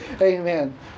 Amen